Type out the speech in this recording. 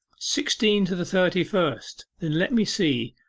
sixteen to the thirty-first. then let me see,